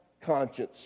conscience